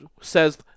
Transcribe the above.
says